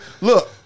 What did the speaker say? Look